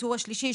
בטור השלישי,